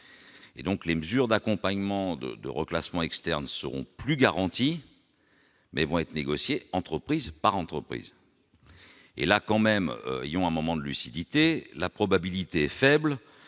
et donc les mesures d'accompagnement de de reclassements externes seront plus garantis mais vont être négociés entreprise par entreprise et là quand même, ayons un moment de lucidité, la probabilité est faible